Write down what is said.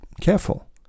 careful